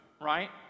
right